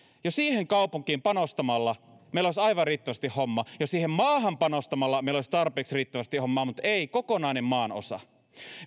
jo siihen kaupunkiin panostamalla meillä olisi aivan riittävästi hommaa jo siihen maahan panostamalla meillä olisi riittävästi hommaa mutta ei kokonainen maanosa